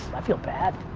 i feel bad.